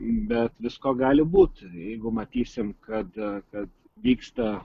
bet visko gali būt jeigu matysim kad kad vyksta